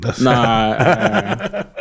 Nah